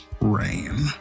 Rain